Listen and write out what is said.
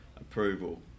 approval